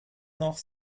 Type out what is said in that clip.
noch